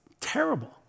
terrible